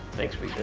thanks sweetness.